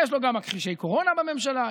יש לו גם מכחישי קורונה בממשלה.